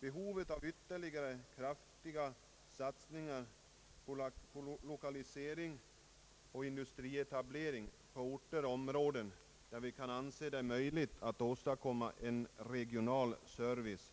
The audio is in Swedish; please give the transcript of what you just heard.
Behov föreligger av ytterligare kraftiga satsningar vad gäller lokalisering och industrietablering i orter och områden, där det kan anses möjligt att åstadkomma en regional service